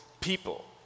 people